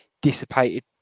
dissipated